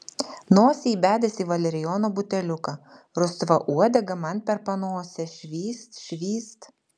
nosį įbedęs į valerijono buteliuką rusva uodega man per panosę švyst švyst